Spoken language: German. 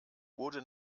wurde